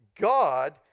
God